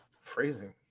Phrasing